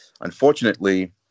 unfortunately